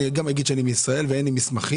אני גם אגיד שאני מישראל ואין לי מסמכים,